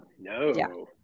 no